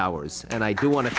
hours and i do want to